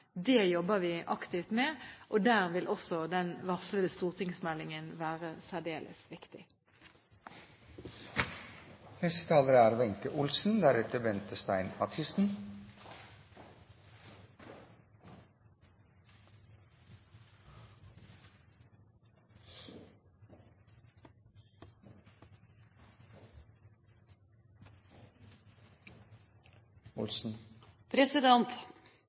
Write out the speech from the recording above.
jobber vi aktivt med. Der vil også den varslede stortingsmeldingen være særdeles viktig. Det er